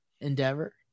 endeavor